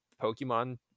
Pokemon